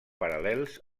paral·lels